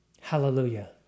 Hallelujah